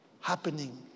happening